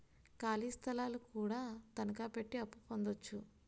ఖాళీ స్థలాలు కూడా తనకాపెట్టి అప్పు పొందొచ్చు